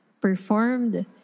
performed